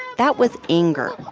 that was anger.